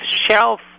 shelf